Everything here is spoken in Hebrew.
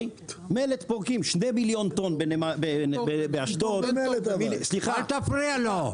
מלט פורקים שני מיליון טון באשדוד ----- אל תפריע לו.